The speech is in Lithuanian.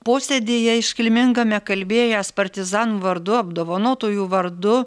posėdyje iškilmingame kalbėjęs partizanų vardu apdovanotųjų vardu